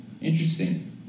Interesting